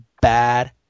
bad